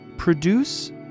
Produce